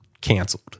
canceled